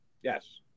Yes